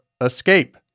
escape